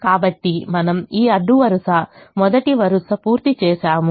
కాబట్టి మనము ఈ అడ్డు వరుస మొదటి వరుస పూర్తి చేసాము